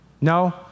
No